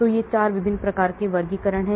तो ये 4 विभिन्न प्रकार के वर्गीकरण हैं